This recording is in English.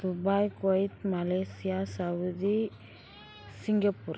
Dubai Kuwait Malaysia Saudi Singapore